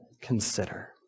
consider